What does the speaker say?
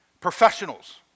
professionals